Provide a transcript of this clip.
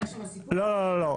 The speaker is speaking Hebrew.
היה שם סיפור --- לא, לא.